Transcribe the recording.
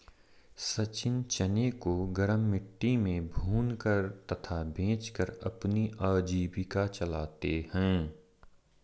सचिन चने को गरम मिट्टी में भूनकर तथा बेचकर अपनी आजीविका चलाते हैं